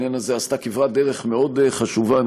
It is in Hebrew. בעניין הזה עשתה כברת דרך מאוד חשובה.